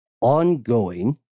ongoing